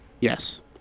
Yes